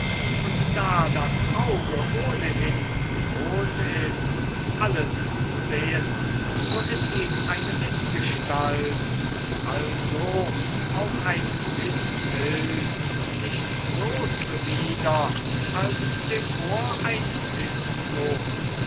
und da das auge ohnehin gewohnt ist alles zu sehen so ist ihm eine mißgestalt und also auch ein mißbild nicht so zuwider als dem ohr ein